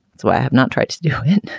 so i have not tried to do it.